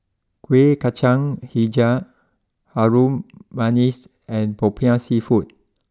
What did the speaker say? Kuih Kacang Hijau Harum Manis and Popiah Seafood